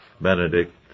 Benedict